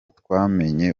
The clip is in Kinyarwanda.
twamenye